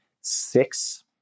six